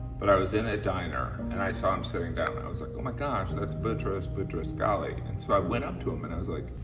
but i was in a diner and i saw him sitting down and i was like, oh, my gosh, that's boutros boutros-ghali. and so i went up to him and i was like,